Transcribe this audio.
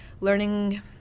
learning